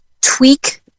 tweak